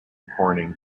corning